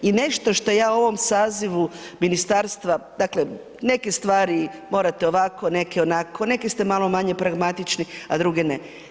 I nešto što ja u ovom sazivu ministarstva dakle, neke stvari morate ovako, neke onako, neke ste malo manje pragmatični, a druge ne.